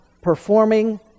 performing